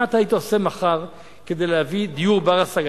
מה אתה היית עושה מחר כדי להביא דיור בר-השגה?